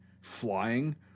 flying